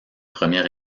premier